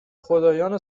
خدایان